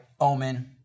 Omen